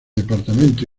departamento